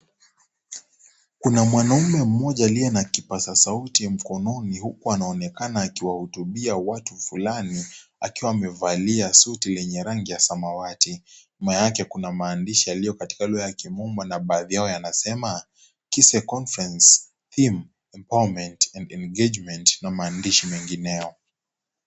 Kuna mwanume mmoja aliye na kipasa sauti mkononi huku anaonekana akiwahudumia watu fulani akiwa amevalia suti yenye rangi ya samawati. Nyuma yake kuna maandishi yaliyo katika lugha ya kimombo na baadhi yao yanasema, Kise Conference Team Empowerment Agangement na maadishi mengineyo.